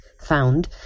found